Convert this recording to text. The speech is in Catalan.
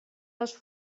les